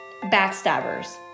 backstabbers